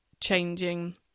changing